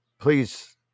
Please